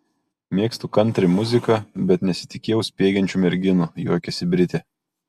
mėgstu kantri muziką bet nesitikėjau spiegiančių merginų juokiasi britė